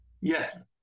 Yes